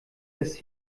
des